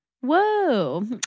Whoa